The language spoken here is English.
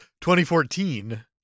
2014